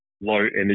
low-energy